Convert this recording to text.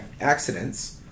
accidents